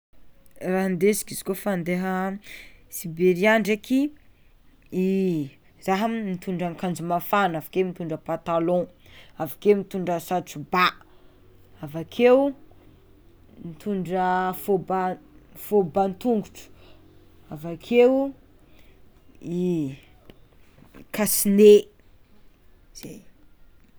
Raha ndesiko izy kôfa ande Siberia ndraiky i zah mitondra akanjo mafana avakeo mitondra patalon avakeo mitonda satrobà avakeo mitondra fôba fôban'ny tongotro avakeo i kasine, zay.